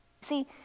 See